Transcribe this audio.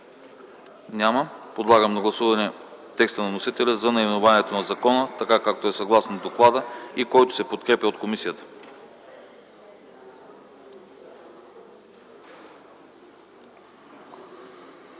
Няма. Подлагам на гласуване текста на вносителя за наименованието на закона така, както е съгласно доклада и който се подкрепя от комисията.